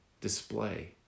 display